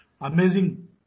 amazing